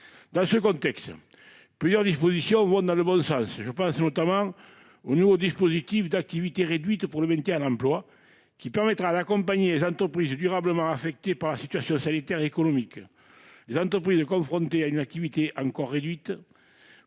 Dans ce contexte, plusieurs dispositions vont dans le bon sens. Je pense notamment au nouveau dispositif d'activité réduite pour le maintien en emploi, qui permettra d'accompagner les entreprises durablement affectées par la situation sanitaire et économique. Les entreprises confrontées à une activité encore réduite